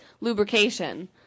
lubrication